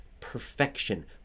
perfection